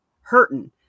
hurting